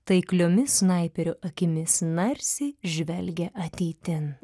taikliomis snaiperio akimis narsiai žvelgia ateitin